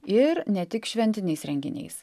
ir ne tik šventiniais renginiais